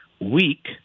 weak